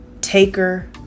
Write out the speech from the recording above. taker